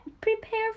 prepare